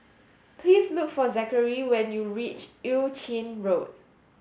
please look for Zakary when you reach Eu Chin Road